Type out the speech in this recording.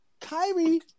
Kyrie